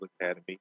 academy